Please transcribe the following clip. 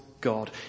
God